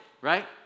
right